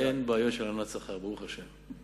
אין בעיה של הלנת שכר, ברוך השם.